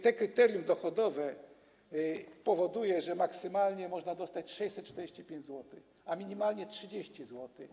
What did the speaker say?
To kryterium dochodowe powoduje, że maksymalnie można dostać 645 zł, a minimalnie - 30 zł.